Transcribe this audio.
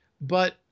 But-